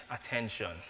attention